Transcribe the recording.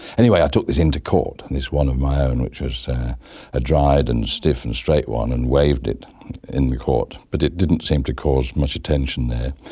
anyway, i took this into court, this one of my own which was a dried and stiff and straight one, and waved it in the court, but it didn't seem to cause much attention there.